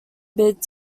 bid